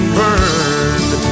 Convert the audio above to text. burned